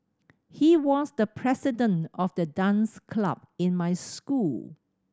he was the president of the dance club in my school